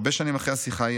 הרבה שנים אחרי השיחה ההיא,